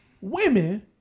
women